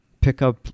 pickup